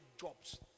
jobs